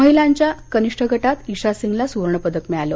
महिलांच्या कनिष्ठ गटात इशा सिंगला सुवर्णपदक मिळालं